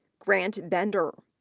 grant bender,